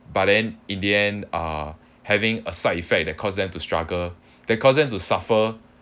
but then in the end uh having a side effect that cause them to struggle that cause them to suffer